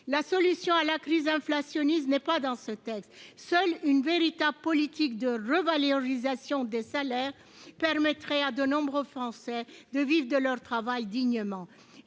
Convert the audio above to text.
La solution à la crise inflationniste n'est pas dans ce texte. Seule une véritable politique de revalorisation des salaires permettrait à de nombreux Français de vivre de leur travail dignement.